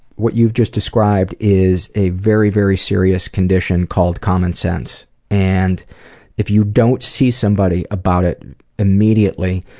what you've just described, is a very very serious condition called common sense and if you don't see somebody about it immediately,